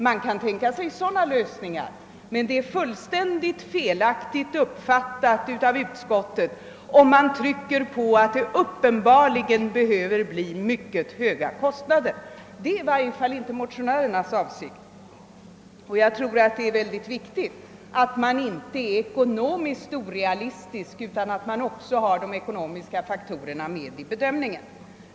Man kan tänka sig sådana lösningar, men det är fullständigt felaktigt uppfattat av utskottet när det framhåller att det uppenbarligen måste bli mycket höga kostnader. Detta är i varje fall inte motionärernas avsikt. Jag tror att det är mycket viktigt att man inte är ekonomiskt orealistisk utan också tar de ekonomiska faktorerna med i bedömningen.